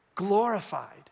glorified